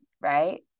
right